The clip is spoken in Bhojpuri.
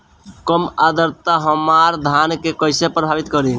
कम आद्रता हमार धान के कइसे प्रभावित करी?